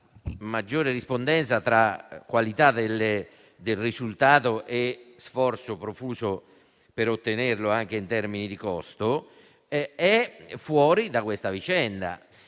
maggiore rispondenza tra qualità del risultato e sforzo profuso per ottenerlo, anche in termini di costo. Rispetto alla